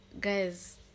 Guys